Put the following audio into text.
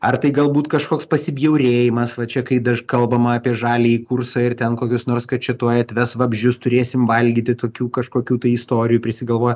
ar tai galbūt kažkoks pasibjaurėjimas va čia kai daž kalbama apie žaliąjį kursą ir ten kokius nors kad čia tuoj atves vabzdžius turėsim valgyti tokių kažkokių tai istorijų prisigalvoja